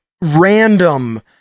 random